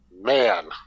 man